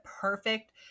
perfect